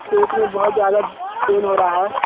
पेट में बहुत ज़्यादा पेन हो रहा है